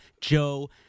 Joe